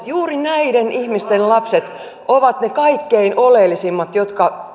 juuri näiden ihmisten lapset ovat ne kaikkein oleellisimmat jotka